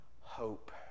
hope